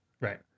Right